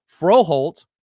Froholt